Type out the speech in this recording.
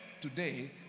today